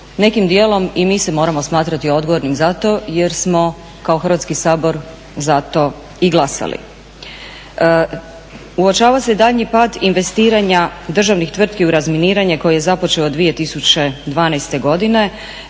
Nekim dijelom i mi se moramo smatrati odgovornima za to jer smo kao Hrvatski sabor za to i glasali. Uočava se i daljnji pad investiranja državnih tvrtki u razminiranje koji je započeo 2012. godine